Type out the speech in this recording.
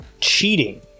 cheating